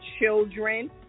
children